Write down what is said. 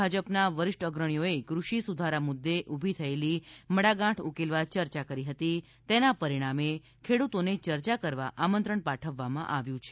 ભાજપના વરિષ્ઠ અગ્રણીઓએ કૃષિ સુધારા મુદ્દે ઊલી થયેલી મડાગાંઠ ઉકેલવા યર્યા કરી હતી તેના પરિણામે ખેડૂતોને ચર્ચા કરવા આમંત્રણ પાઠવવામાં આવ્યું છે